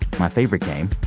my favorite game,